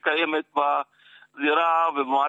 כדי להבטיח שהחיים היהודיים ימשיכו להיות בטוחים ומלאים,